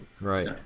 right